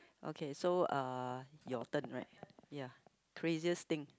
okay so uh your turn right ya craziest thing